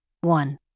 one